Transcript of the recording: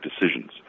decisions